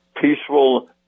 peaceful